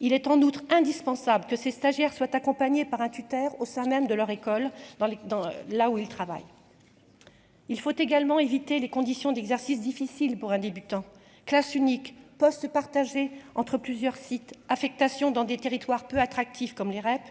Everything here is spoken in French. il est en outre indispensable que ces stagiaires soient accompagné par un tuteur au sein même de leur école dans les dans, là où il travaille, il faut également éviter les conditions d'exercice difficile pour un débutant classe unique poste partager entre plusieurs sites affectations dans des territoires peu attractifs, comme les REP